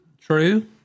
True